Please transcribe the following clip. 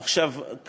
עכשיו,